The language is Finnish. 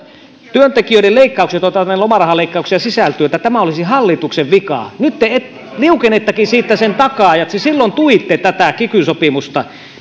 työntekijöiden leikkaukset lomarahaleikkaukset joita siihen sisältyy olisivat hallituksen vika nyt te liukenettekin sen takaa ja silloin tuitte tätä kiky sopimusta